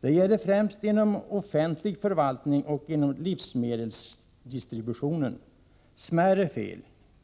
Det gäller främst inom offentlig förvaltning och inom livsmedelsdistributionen. Smärre fel,